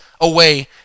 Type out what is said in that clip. away